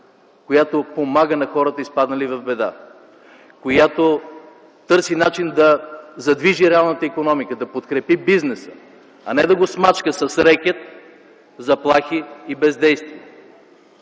която помага на хората, изпаднали в беда, която търси начин да задвижи реалната икономика, да подкрепи бизнеса, а не да го смачка с рекет, заплахи и бездействие.